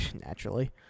naturally